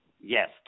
Yes